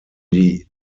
die